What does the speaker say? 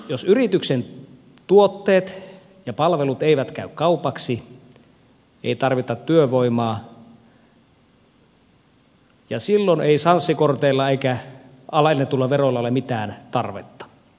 jos yrityksen tuotteet ja palvelut eivät käy kaupaksi ei tarvita työvoimaa ja silloin ei sanssi korteille eikä alennetulle verolle ole mitään tarvetta